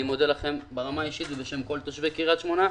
מודה לכם ברמה האישית ובשם כל תושבי קריית שמונה.